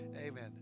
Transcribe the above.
amen